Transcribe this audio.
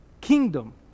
kingdom